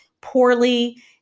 poorly